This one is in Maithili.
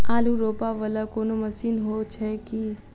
आलु रोपा वला कोनो मशीन हो छैय की?